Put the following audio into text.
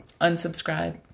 unsubscribe